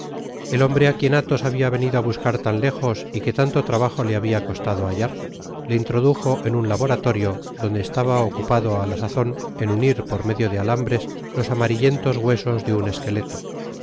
el hombre á quien alhos babia venido á buscar tan lejos y que tanlo trabajo le habia costado hallar le introdujo en un laboratorio donde estaba ocu pado á la sazon en unir por medio de alambres los amarillentos huesos de un esqueleto